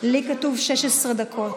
בעד טלי פלוסקוב,